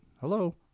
hello